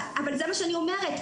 זה מה שאני אומרת.